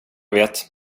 vet